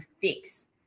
fix